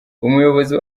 umuyobozi